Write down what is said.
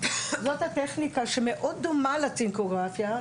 זאת הטכניקה שמאוד דומה לצינקוגרפיה,